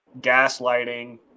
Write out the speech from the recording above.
gaslighting